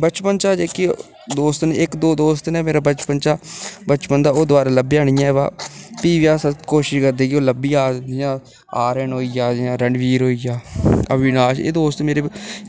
बचपन चा जेह्के दोस्त न इक दो दोस्त न मेरे बचपन चा बचपन दा ओह् दोबारै लब्भेआ निं ऐ बा भी बी अस कोशिश करदे कि ओह् लब्भी जाह्ग जि'यां आर्यन होई गेआ जि'यां रणवीर होई गेआ अविनाश एह् दोस्त मेरे